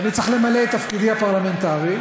ואני צריך למלא את תפקידי הפרלמנטרי.